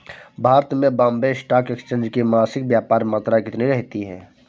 भारत में Bombay stock exchange की मासिक व्यापार मात्रा कितनी रहती है?